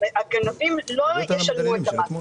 הגנבים לא ישלמו את המס.